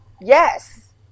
Yes